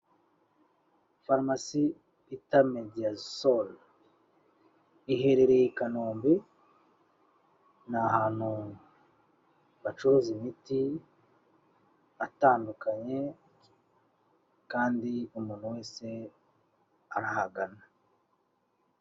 Farumasi bita Mediasol iherereye i Kanombe, ni ahantu bacuruza imiti atandukanye kandi umuntu wese arahagana.